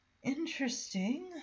Interesting